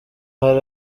hari